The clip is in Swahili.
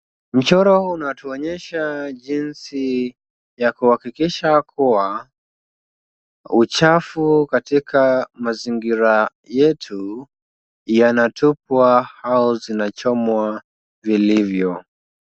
Mchoro unatuonyesha jinsi ya kuhakikisha kuwa uchafu katika mazingira yetu, yanatupwa au zinachomwa vilivyo.